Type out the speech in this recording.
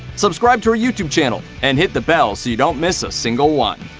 subscribe to our youtube channel and hit the bell so you don't miss a single one.